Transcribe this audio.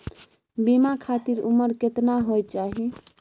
बीमा खातिर उमर केतना होय चाही?